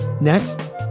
Next